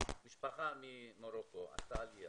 משפחה ממרוקו עשתה עליה